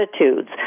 attitudes